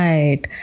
Right